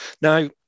Now